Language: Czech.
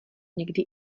někdy